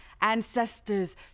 ancestors